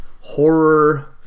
horror